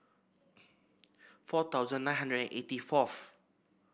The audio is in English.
four thousand nine hundred eighty fourth